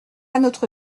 notre